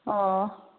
ꯑꯣ